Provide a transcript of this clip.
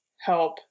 help